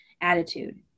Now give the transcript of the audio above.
attitude